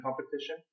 competition